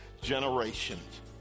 generations